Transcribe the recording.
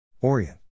Orient